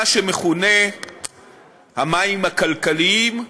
מה שמכונה המים הכלכליים,